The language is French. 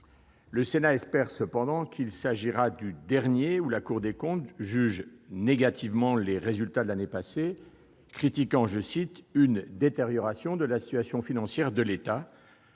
Le Sénat espère cependant qu'il s'agira du dernier où la Cour des comptes juge négativement les résultats de l'année passée, critiquant une « détérioration de la situation financière de l'État »,